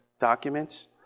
documents